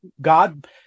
God